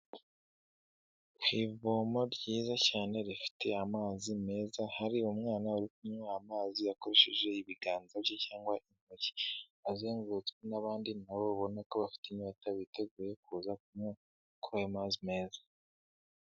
Ku ivomo ryiza cyane rifite amazi meza, hari umwana uri kunywa amazi akoresheje ibiganza bye cyangwa intoki, azengurutswe n'abandi nabo ubona ko bafite inyota biteguye kuza kunywa kuri ayo mazi meza.